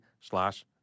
slash